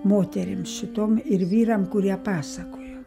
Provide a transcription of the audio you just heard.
moterims šitom ir vyram kurie pasakojo